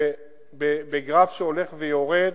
בגרף שהולך ויורד.